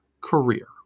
career